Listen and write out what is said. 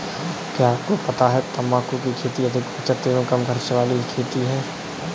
क्या आपको पता है तम्बाकू की खेती अधिक बचत एवं कम खर्च वाली खेती है?